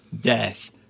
Death